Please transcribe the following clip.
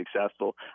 successful